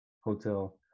Hotel